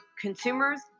consumers